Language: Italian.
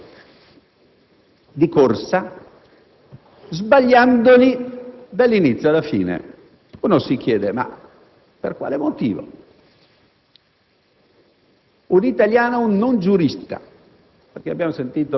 Questo Governo, prima, e il Ministro dell'economia, dopo, chissà per quale motivo, hanno infilato una serie di provvedimenti con una velocità inconcepibile,